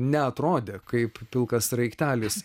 neatrodė kaip pilkas sraigtelis